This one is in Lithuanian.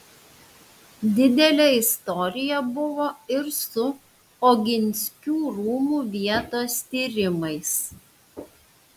didelė istorija buvo ir su oginskių rūmų vietos tyrimais